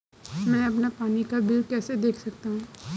मैं अपना पानी का बिल कैसे देख सकता हूँ?